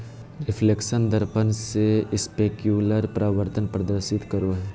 reflection दर्पण से specular परावर्तन प्रदर्शित करो हइ